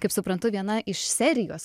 kaip suprantu viena iš serijos